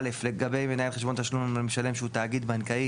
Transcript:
לגבי מנהל חשבון תשלום למשלם שהוא תאגיד בנקאי,